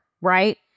right